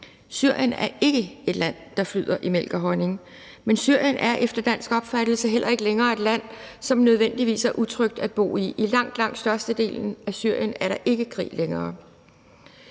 Syrien er ikke et land, der flyder i mælk og honning, men Syrien er efter dansk opfattelse heller ikke længere et land, som nødvendigvis er utrygt at bo i. I langt, langt størstedelen af Syrien er der ikke krig længere.